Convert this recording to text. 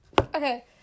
Okay